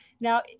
now